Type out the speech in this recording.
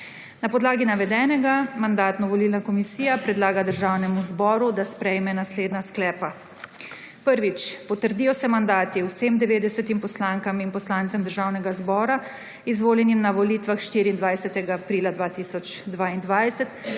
Na podlagi navedenega Mandatno-volilna komisija predlaga Državnemu zboru, da sprejme naslednja sklepa. Prvič: Potrdijo se mandati vsem 90 poslankam in poslancem Državnega zbora, izvoljenim na volitvah 24. aprila 2022